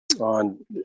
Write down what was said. on